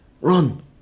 Run